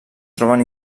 troben